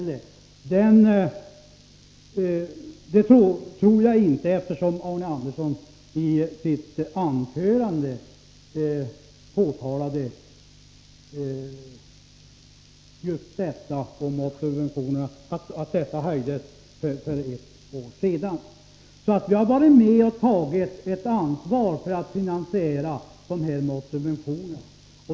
Det tror jag visserligen inte, eftersom Arne Andersson i sitt anförande framhöll att matsubventionerna höjdes för ett år sedan. Jag har varit med och accepterat ett avtal för att finansiera dessa matsubventioner.